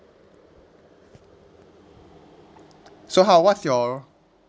so how what's your